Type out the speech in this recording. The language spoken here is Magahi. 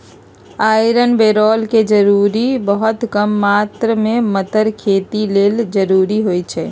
आयरन बैरौन के जरूरी बहुत कम मात्र में मतर खेती लेल जरूरी होइ छइ